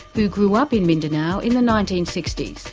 who grew up in mindanao in the nineteen sixty s.